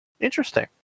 Interesting